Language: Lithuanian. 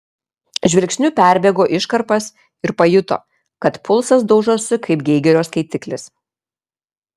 žvilgsniu perbėgo iškarpas ir pajuto kad pulsas daužosi kaip geigerio skaitiklis